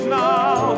now